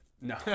No